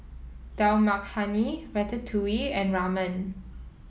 Dal Makhani Ratatouille and Ramen